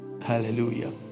Hallelujah